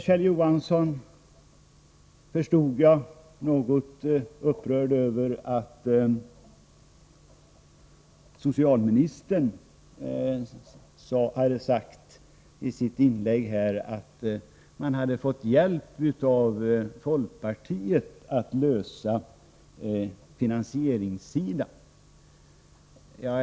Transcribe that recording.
Kjell Johansson var, förstod jag, något upprörd över att socialministern i sitt inlägg hade sagt att man fått hjälp av folkpartiet att lösa sina finansieringsproblem.